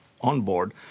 onboard